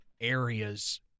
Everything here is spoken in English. areas